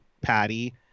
Patty